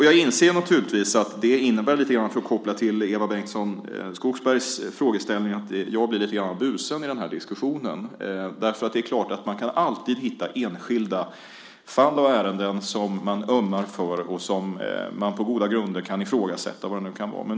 Jag inser naturligtvis att detta innebär - för att koppla till Eva Bengtson Skogsbergs frågeställning - att jag blir lite grann av busen i den här diskussionen. Det är klart att man alltid kan hitta enskilda fall och ärenden som man ömmar för och som på goda grunder kan ifrågasättas, vilka de nu kan vara.